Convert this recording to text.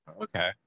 okay